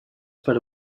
per